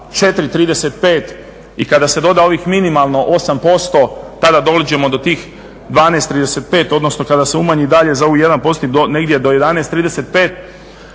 4,35 i kada se doda ovih minimalno 8% tada dođemo do tih 12,35 odnosno kada se umanji dalje za ovaj 1 postotni negdje do 11,35.